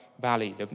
valley